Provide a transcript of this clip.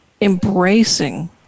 embracing